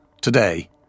Today